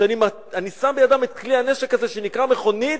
אני שם בידם את כלי הנשק הזה שנקרא מכונית.